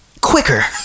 quicker